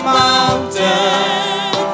mountain